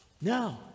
No